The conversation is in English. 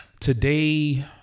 today